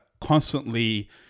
constantly